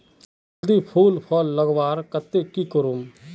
जल्दी फूल फल लगवार केते की करूम?